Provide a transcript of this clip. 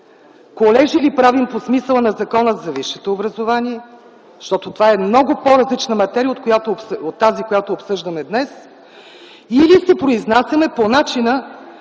колежи ли правим по смисъла на Закона за висшето образование, защото това е много по-различна материя от тази, която обсъждаме днес, или се произнасяме по начина,